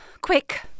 Quick